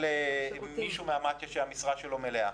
עכשיו מישהו ממתי"א שהמשרה שלו מלאה?